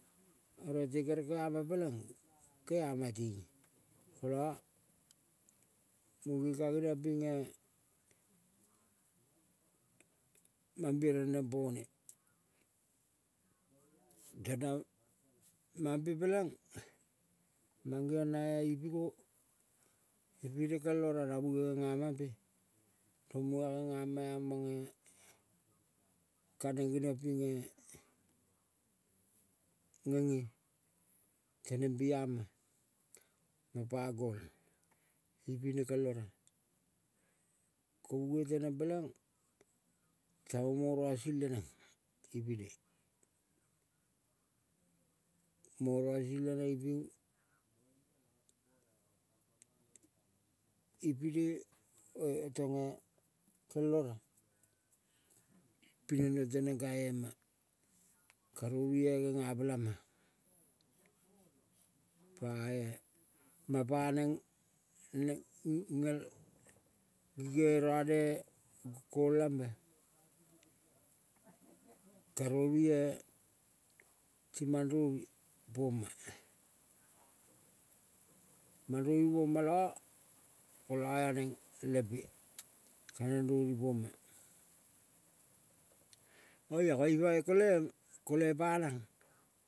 Oro te kere keama peleng ne keama ting, munge ka geniong pinge, mambiaro neng pone. Tona mampe peleng mangeong na ipiko ipine kel. Ora na muge genga mampe tong muga gengama amange kaneng geniong pinge ngenge teneng piama. Mapa gol ipine kel ora ko muge teneng peleng tamo mo rausi lenenga ipine. Ma rausi leneng iping, ipine tonge kel. Ora peleng neng teneng kae ma karoue genga pela ma, pae. Mapa neng ngengenrone golel lambe. Karovue ti mandrovi poma, mandrovi poma la kola anang lempe kaneng roni poma. Oia ko ipa i kole, kole panang.